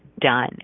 done